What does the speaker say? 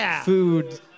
food